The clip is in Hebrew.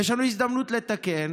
יש לנו הזדמנות לתקן.